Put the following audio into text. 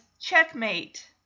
checkmate